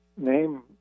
name